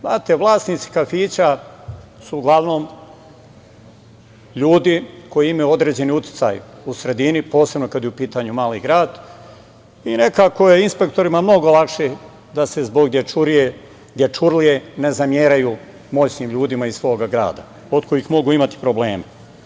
Znate, vlasnici kafića su uglavnom ljudi koji imaju određeni uticaj u sredini, posebno kada je u pitanju mali grad i nekako je inspektorima mnogo lakše da se zbog dečurlije ne zameraju moćnim ljudima iz svog grada od kojih mogu imati probleme.